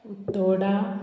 Utorda